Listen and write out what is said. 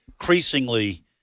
increasingly